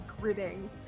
gritting